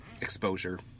exposure